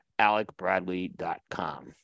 alecbradley.com